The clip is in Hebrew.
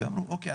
ואמרו אוקיי,